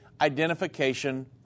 identification